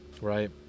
right